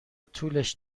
طولش